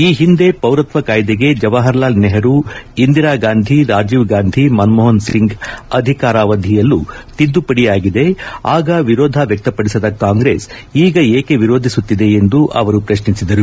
ಈ ಹಿಂದೆ ಪೌರತ್ವ ಕಾಯಿದೆಗೆ ಜವಾಹರಲಾಲ್ ನೆಪರು ಇಂದಿರಾ ಗಾಂಧಿ ರಾಜೀವ್ ಗಾಂಧಿ ಮನಮೋಪನ್ ಸಿಂಗ್ ಅಧಿಕಾರಾವಧಿಯಲ್ಲೂ ತಿದ್ದುಪಡಿ ಆಗಿದೆ ಆಗ ವಿರೋಧ ವ್ಯಕ್ತಪಡಿಸದ ಕಾಂಗ್ರೆಸ್ ಈಗ ಏಕೆ ವಿರೋಧಿಸುತ್ತಿದೆ ಎಂದು ಪ್ರತ್ನಿಸಿದರು